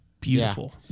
beautiful